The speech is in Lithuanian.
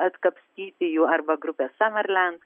atkapstyti jų arba grupės sumerland